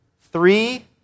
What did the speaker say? three